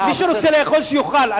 מי שרוצה לאכול, שיאכל.